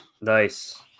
Nice